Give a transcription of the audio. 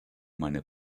meine